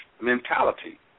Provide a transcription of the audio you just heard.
mentality